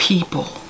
people